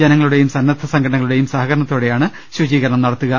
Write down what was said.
ജനങ്ങളുടെയും സന്നദ്ധ സംഘ ടനകളുടെയും സഹകരണത്തോടെയാണ് ശുചീകരണം നടത്തുക്